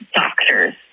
doctors